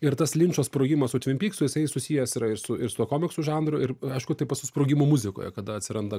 ir tas linčo sprogimas su tvin pyksu jisai susijęs yra ir su ir su tuo komiksų žanru ir aišku taip pat su sprogimu muzikoje kada atsiranda